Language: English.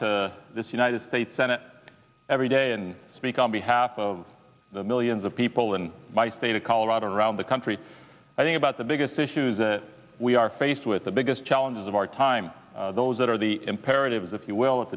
to this united states senate every day and speak on behalf of the millions of people in my state of colorado around the country i think about the biggest issues that we are faced with the biggest challenges of our time those that are the imperatives if you will